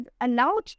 allowed